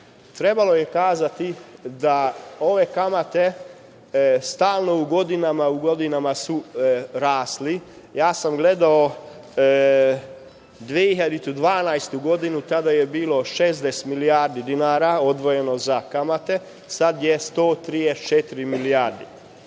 Trebalo je kazati, da ove kamate stalno iz godine u godinu su rasle. Gledao sam 2012. godinu tada je bilo 60 milijardi dinara, odvojeno za kamate, sada je 134 milijardi,